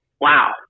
Wow